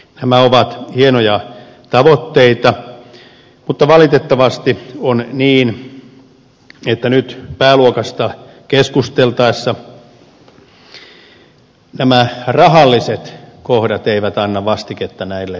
nämä ovat hienoja tavoitteita mutta valitettavasti on niin että nyt pääluokasta keskusteltaessa nämä rahalliset kohdat eivät anna vastiketta näille tavoitteille